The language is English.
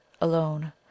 alone